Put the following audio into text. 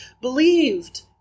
believed